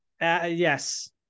yes